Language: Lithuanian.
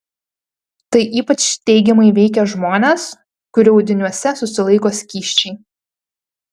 tai ypač teigiamai veikia žmones kurių audiniuose susilaiko skysčiai